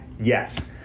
Yes